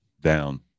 down